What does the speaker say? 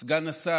סגן השר,